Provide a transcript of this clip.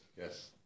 yes